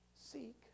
seek